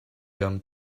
them